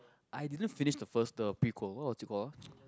I didn't finish the first the prequel what was it call uh